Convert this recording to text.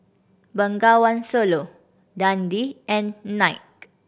Bengawan Solo Dundee and Knight